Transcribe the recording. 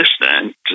assistant